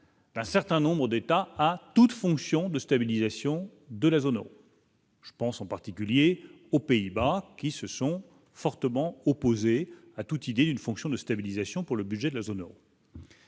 un certain nombres d'États à toute fonction de stabilisation de la zone Euro. Je pense en particulier aux Pays-Bas qui se sont fortement opposés à toute idée d'une fonction de stabilisation pour le budget de la zone Euro.